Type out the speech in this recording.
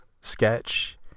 sketch